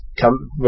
come